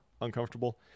uncomfortable